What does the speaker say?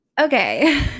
Okay